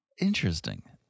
Interesting